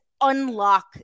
unlock